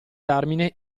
termine